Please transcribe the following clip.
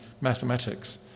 mathematics